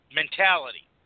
mentality